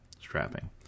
strapping